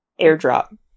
Airdrop